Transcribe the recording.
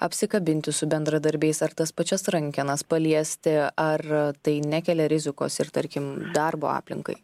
apsikabinti su bendradarbiais ar tas pačias rankenas paliesti ar tai nekelia rizikos ir tarkim darbo aplinkai